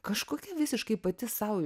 kažkokia visiškai pati sau